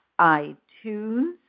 iTunes